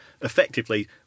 Effectively